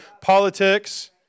politics